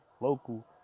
local